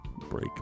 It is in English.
break